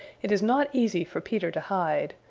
it is not easy for peter to hide.